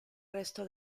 resto